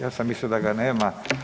Ja sam mislio da ga nema.